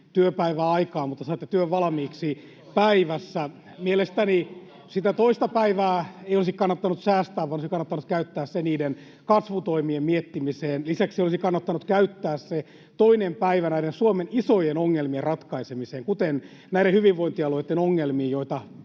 ryhmästä: Se on tehokkuutta!] Mielestäni sitä toista päivää ei olisi kannattanut säästää vaan olisi kannattanut käyttää se niiden kasvutoimien miettimiseen. Lisäksi olisi kannattanut käyttää se toinen päivä näiden Suomen isojen ongelmien ratkaisemiseen, kuten hyvinvointialueitten ongelmiin, joita